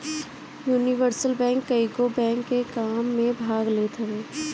universal bank कईगो bank के काम में भाग लेत हवे